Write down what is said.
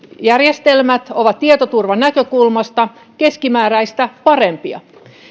järjestelmät ovat tietoturvanäkökulmasta keskimääräistä parempia